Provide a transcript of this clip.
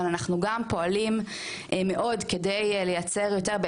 אבל אנחנו גם פועלים מאוד כדי לייצר יותר.